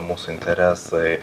mūsų interesai